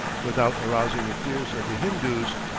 without arousing the fears of the hindoos,